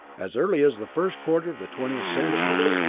as early as the first quarter of the twentieth century,